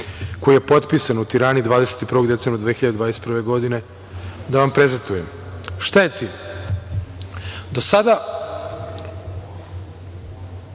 koji je potpisan u Tirani 21. decembra 2021. godine, da vam prezentujem. Šta je cilj? Do sada